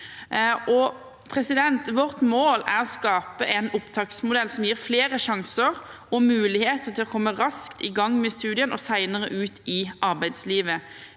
Vårt mål er å skape en opptaksmodell som gir flere sjanser og muligheter til å komme raskt i gang med studier og, senere, ut i arbeidslivet.